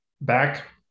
back